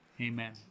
amen